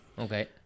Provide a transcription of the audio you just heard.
Okay